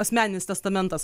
asmeninis testamentas